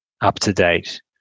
up-to-date